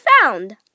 found